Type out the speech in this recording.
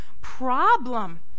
problem